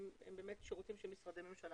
אלה שירותים שנותנים משרדי ממשלה,